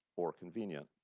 or convenient.